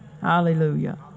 Hallelujah